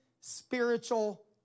spiritual